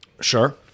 sure